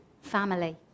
family